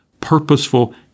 purposeful